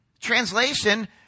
Translation